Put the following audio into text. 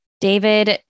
David